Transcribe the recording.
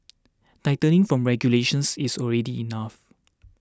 tightening from regulations is already enough